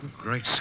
Great